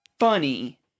Funny